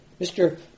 Mr